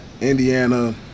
Indiana